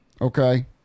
okay